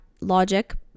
logic